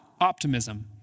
optimism